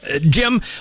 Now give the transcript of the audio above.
Jim